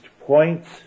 points